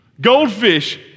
Goldfish